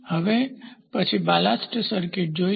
હવે પછી ballast circuit જોઈશું